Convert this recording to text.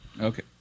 Okay